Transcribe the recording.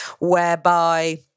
whereby